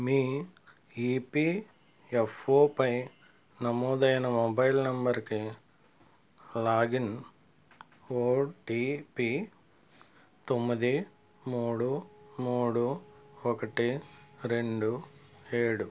మీ ఈపీఎఫ్ఒపై నమోదైన మొబైల్ నంబరుకి లాగిన్ ఓటీపీ తొమ్మిది మూడు మూడు ఒకటి రెండు ఏడు